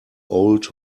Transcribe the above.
old